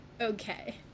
Okay